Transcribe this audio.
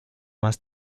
más